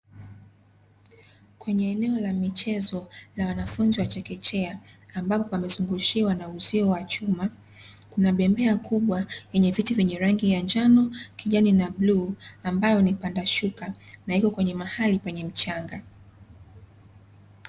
Kwenye eneo la michezo la wanafunzi wa chekechea ambapo pamezungushiwa na uzio wa chuma kuna bembea kubwa yenye viti vyenye rangi ya njano, kijani na bluu ambayo ni panda shuka na iko kwenye mahali kwenye mchanga.